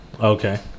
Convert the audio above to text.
Okay